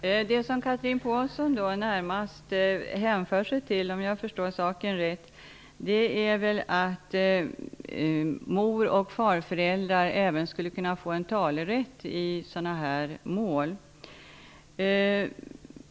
Herr talman! Det som Chatrine Pålsson närmast hänvisar till -- om jag förstår saken rätt -- är att moroch farföräldrar även skulle kunna få en talerätt i sådana här mål.